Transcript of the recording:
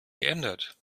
geändert